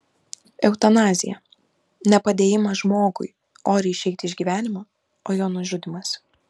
eutanazija ne padėjimas žmogui oriai išeiti iš gyvenimo o jo nužudymas